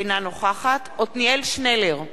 אינה נוכחת עתניאל שנלר,